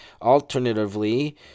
Alternatively